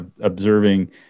observing